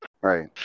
Right